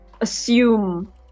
assume